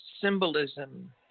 symbolism